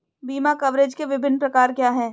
बीमा कवरेज के विभिन्न प्रकार क्या हैं?